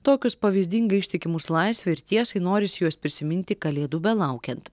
tokius pavyzdingai ištikimus laisvei ir tiesai norisi juos prisiminti kalėdų belaukiant